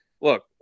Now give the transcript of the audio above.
look